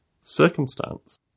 circumstance